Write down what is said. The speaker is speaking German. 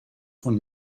von